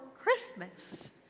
Christmas